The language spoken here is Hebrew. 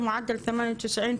ממוצע הציונים שלו היה 98,